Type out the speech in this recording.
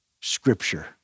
Scripture